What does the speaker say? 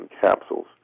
capsules